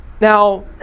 Now